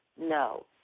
No